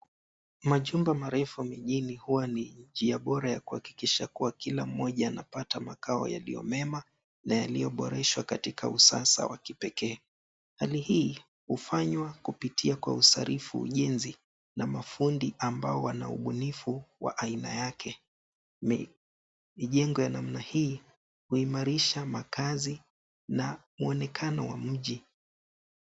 Majumba marefu mjini huwa ni njia bora ya kuhakikisha kila mmoja anapata makao yaliyo mema na yaliyoboresha katika usasa wa kipekee. Hali hii hufanywa kupitia usarifu ujenzi na mafundi ambao wana ubunifu wa aina yake. Mijengo ya namna hii huimarisha makazi na muonekano wa mji.